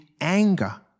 anger